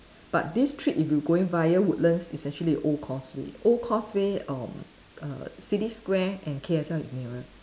but this trip if you going via Woodlands is actually old causeway old causeway uh err city square and K_S_L is nearer